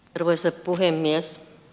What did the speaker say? arvoisa puhemies